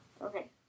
Okay